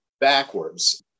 backwards